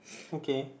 okay